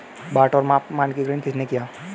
बाट और माप का मानकीकरण किसने किया?